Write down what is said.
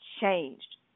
changed